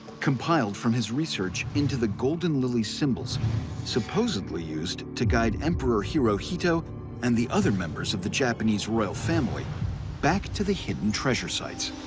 compiled from his research into the golden lily symbols supposedly used to guide emperor hirohito and the other members of the japanese royal family back to the hidden treasure sites.